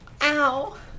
Ow